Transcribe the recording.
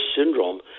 syndrome